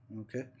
okay